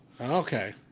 Okay